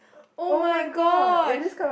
[oh]-my-gosh